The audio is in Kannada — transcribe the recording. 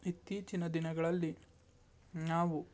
ಇತ್ತೀಚಿನ ದಿನಗಳಲ್ಲಿ ನಾವು